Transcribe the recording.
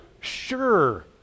sure